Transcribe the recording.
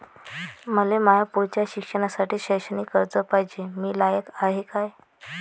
मले माया पुढच्या शिक्षणासाठी शैक्षणिक कर्ज पायजे, मी लायक हाय का?